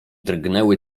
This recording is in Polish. drgnęły